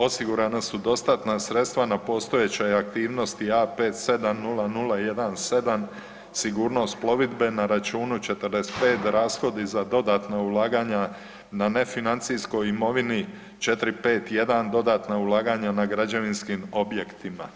Osigurana su dostatna sredstva na postojećoj aktivnosti A570017 sigurnost plovidbe na računu 45 rashodi za dodatna ulaganja na nefinancijskoj imovini 451 dodatna ulaganja na građevinskim objektima.